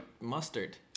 mustard